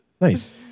Nice